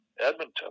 Edmonton